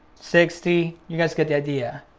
sixty, you guys get the idea.